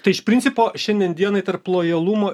tai iš principo šiandien dienai tarp lojalumo